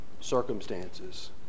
circumstances